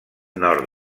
nord